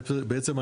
בעצם,